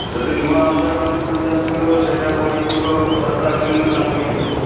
ଯଦି ନୂଆ ଅଲଗା କନେକ୍ସନ୍ ଚେଞ୍ଜ କରିବ ସେଇଟା ପଡ଼ିଯିବ ସାତ ଆଠ ଦିନର କାମ ହେଇଯିବ